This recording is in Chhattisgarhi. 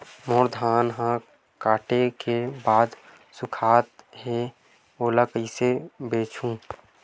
मोर धान ह काटे के बाद सुखावत हे ओला कइसे बेचहु?